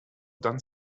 done